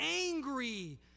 angry